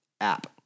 app